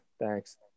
Thanks